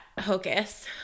Hocus